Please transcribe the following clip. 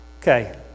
Okay